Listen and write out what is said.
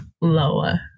lower